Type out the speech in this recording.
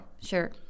Sure